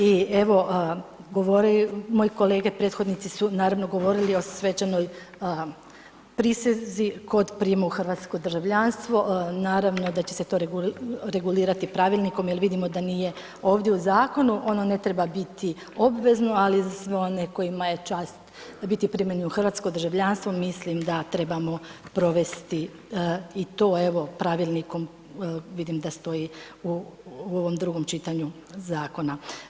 I evo moji kolege prethodnici su naravno govorili o svečanoj prisezi kod prijema u Hrvatsko državljanstvo, naravno da će se to regulirati pravilnikom jer vidimo da nije ovdje u zakonu, ono ne treba biti obvezno ali za sve one kojima je čast biti primljen u hrvatsko državljanstvo mislim da trebamo provesti i to evo pravilnikom, vidim da stoji u ovom drugom čitanju zakona.